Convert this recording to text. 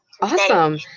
awesome